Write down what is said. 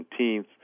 17th